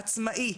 עצמאי,